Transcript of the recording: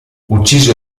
ucciso